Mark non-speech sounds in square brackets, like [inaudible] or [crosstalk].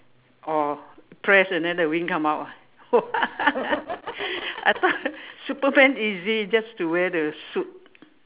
or press and then the wing come out ah !wah! [laughs] I thought Superman easy just to wear the suit